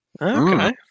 Okay